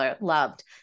loved